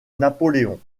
napoléon